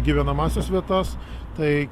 gyvenamąsias vietas tai